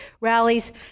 rallies